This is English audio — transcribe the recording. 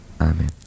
Amen